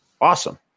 awesome